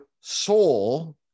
soul